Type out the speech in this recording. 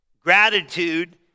Gratitude